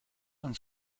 and